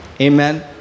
Amen